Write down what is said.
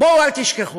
בואו אל תשכחו,